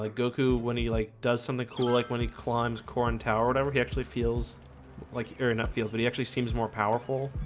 like goku when he like does something cool like when he climbs corn tower whatever he actually feels like area nut feels but he actually seems more powerful